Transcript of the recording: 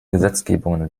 gesetzgebungen